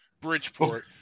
Bridgeport